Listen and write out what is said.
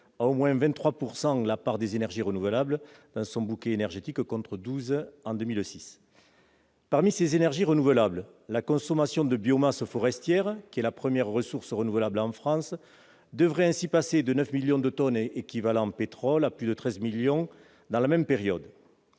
à au moins 23 % la part des énergies renouvelables dans le bouquet énergétique, contre 12 % en 2006. Parmi ces énergies renouvelables, la consommation de biomasse forestière, qui est la première ressource renouvelable en France, devrait ainsi passer de 9 millions de tonnes équivalent pétrole à plus de 13 millions dans la même période.